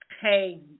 Hey